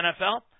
NFL